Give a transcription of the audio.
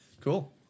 Cool